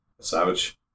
Savage